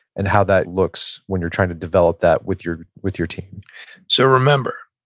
and how that looks when you're trying to develop that with your with your team so, remember,